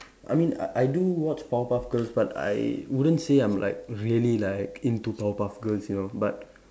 I mean I I do watch powerpuff girls but I wouldn't say I'm like really like into powerpuff girls you know but